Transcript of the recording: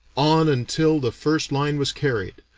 on, until the first line was carried.